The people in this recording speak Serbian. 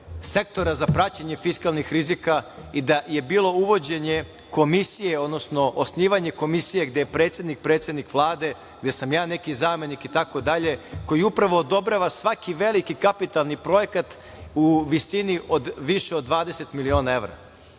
Sektora za praćenje fiskalnih rizika i da je bilo uvođenje Komisije, odnosno komisije gde je predsednik predsednik Vlade, gde sam ja neki zamenik itd, koji upravo odobrava svaki veliki kapitalni projekat u visini od više od 20 miliona evra,